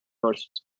first